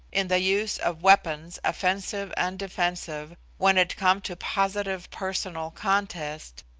in the use of weapons offensive and defensive, when it come to positive personal contest,